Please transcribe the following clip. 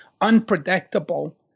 unpredictable